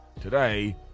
Today